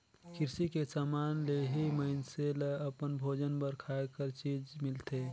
किरसी के समान ले ही मइनसे ल अपन भोजन बर खाए कर चीज मिलथे